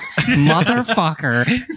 Motherfucker